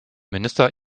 minister